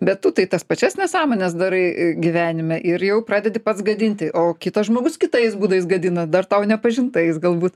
bet tu tai tas pačias nesąmones darai gyvenime ir jau pradedi pats gadinti o kitas žmogus kitais būdais gadina dar tau nepažintais galbūt